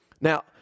Now